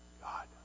God